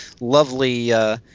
lovely –